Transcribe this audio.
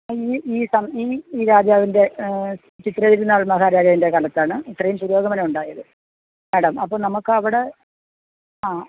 ഈ സം ഈ രാജാവിൻ്റെ ചിത്രതിരുന്നാൾ മഹാരാജാവിൻ്റെ കാലത്താണ് ഇത്രയും പുരോഗമനമുണ്ടായത് മേടം അപ്പം നമുക്കവിടെ ആ